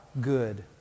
good